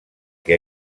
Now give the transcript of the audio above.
que